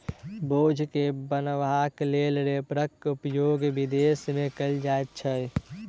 बोझ के बन्हबाक लेल रैपरक उपयोग विदेश मे कयल जाइत छै